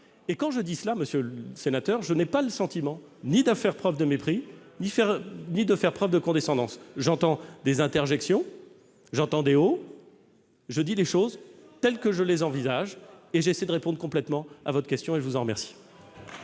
Quand je dis cela, monsieur le sénateur, je n'ai pas le sentiment de faire preuve de mépris ni de faire preuve de condescendance. J'entends des interjections, j'entends des « oh !», je dis les choses telles que je les envisage en essayant de répondre de manière complète à votre question. La parole est à M.